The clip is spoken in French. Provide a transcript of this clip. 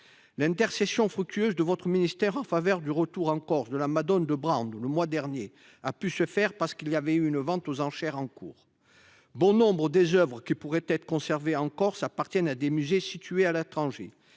L'intercession fructueuse de la ministre de la culture en faveur du retour en Corse de la le mois dernier a pu se faire parce qu'il y avait une vente aux enchères en cours. Néanmoins, bon nombre des oeuvres qui pourraient être conservées en Corse appartiennent à des musées situés à l'étranger.